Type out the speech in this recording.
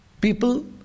people